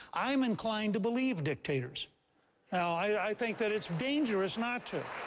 i'm inclined to believe dictators. now i think that it's dangerous not to.